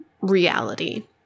reality